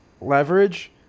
leverage